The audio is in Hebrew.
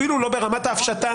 אפילו לא ברמת ההפשטה.